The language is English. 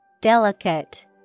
Delicate